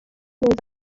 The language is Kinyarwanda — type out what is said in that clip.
neza